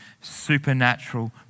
supernatural